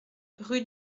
rue